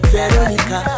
Veronica